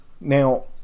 Now